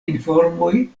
informoj